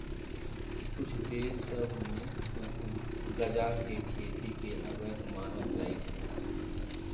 कुछ देश सभ में गजा के खेती के अवैध मानल जाइ छै